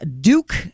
Duke